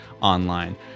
online